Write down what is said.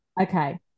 okay